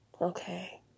okay